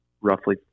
roughly